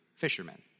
fishermen